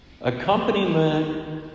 Accompaniment